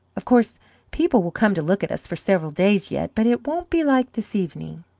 of course people will come to look at us for several days yet, but it won't be like this evening.